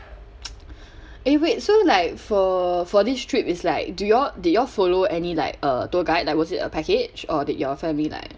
eh wait so like for for this trip is like do you all did you all follow any like uh tour guide like was it a package or that your family like